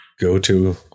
go-to